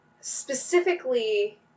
Specifically